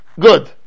Good